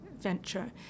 venture